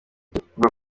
bivugwa